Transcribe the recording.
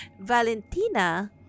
Valentina